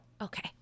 okay